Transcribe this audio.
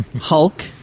Hulk